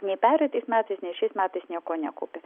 nei pereitais metais nei šiais metais nieko nekaupė